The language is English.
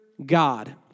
God